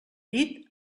llit